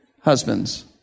husbands